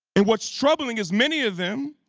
and what's troubling is many of them